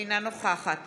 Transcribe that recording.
אינה נוכחת